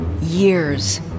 Years